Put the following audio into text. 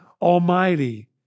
Almighty